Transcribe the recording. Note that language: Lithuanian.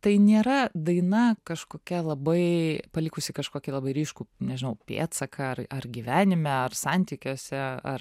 tai nėra daina kažkokia labai palikusi kažkokį labai ryškų nežinau pėdsaką ar ar gyvenime ar santykiuose ar